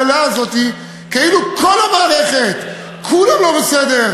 שהכול בה קלוקל והכול בה נורא,